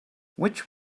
which